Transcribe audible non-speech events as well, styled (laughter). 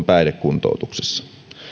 (unintelligible) päihdekuntoutuksessa